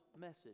message